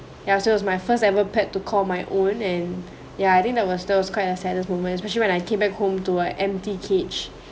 ya so it was my first ever pet to call my own and yeah I think that was that was quite a saddest moment especially when I came back home to an empty cage